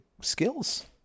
skills